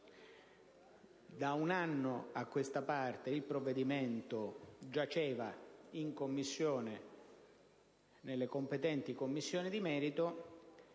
Da un anno a questa parte il provvedimento giaceva nelle competenti Commissioni di merito.